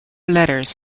letters